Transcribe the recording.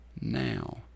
now